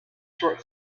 short